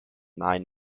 nine